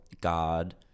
God